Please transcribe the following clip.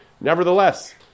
nevertheless